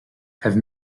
have